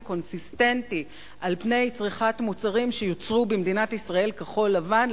קונסיסטנטי על צריכת מוצרים שיוצרו במדינת ישראל כחול-לבן,